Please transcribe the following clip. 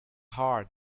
hard